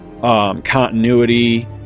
continuity